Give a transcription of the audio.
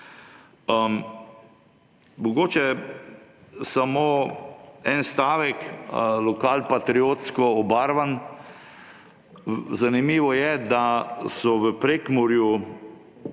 Mogoče samo en stavek, lokalpatriotsko obarvan. Zanimivo je, da so v Prekmurju